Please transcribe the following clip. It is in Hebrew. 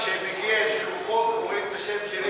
כשמגיע איזה חוק ורואים את השם שלי,